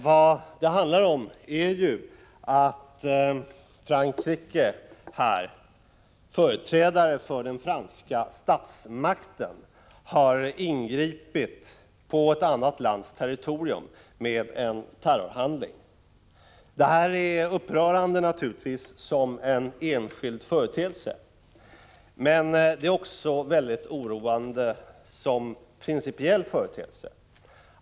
Vad det handlar om är ju att företrädare för den franska statsmakten har ingripit på ett annat lands territorium med en terrorhandling. Det här är naturligtvis upprörande som enskild företeelse, men det är också mycket oroande principiellt sett.